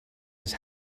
his